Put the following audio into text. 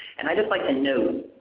and i'd just like to know,